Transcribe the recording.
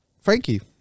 Frankie